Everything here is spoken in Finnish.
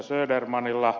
södermanilla